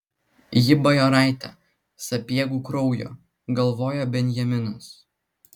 ji bajoraitė sapiegų kraujo galvojo benjaminas